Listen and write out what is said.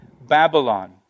Babylon